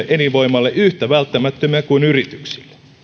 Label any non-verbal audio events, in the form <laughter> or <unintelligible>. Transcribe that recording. <unintelligible> elinvoimalle yhtä välttämättömiä kuin yrityksille